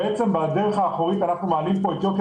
בעצם בדלת האחורית אנחנו מעלים פה את יוקר